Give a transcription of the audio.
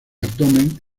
abdomen